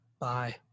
Bye